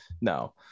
No